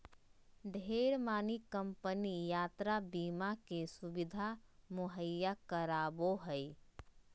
ढेरे मानी कम्पनी यात्रा बीमा के सुविधा मुहैया करावो हय